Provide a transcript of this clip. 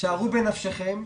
תשערו בנפשכם,